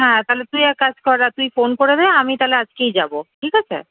হ্যাঁ তাহলে তুই এক কাজ কর না তুই ফোন করে দে আমি তাহলে আজকেই যাবো ঠিক আছে